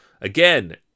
Again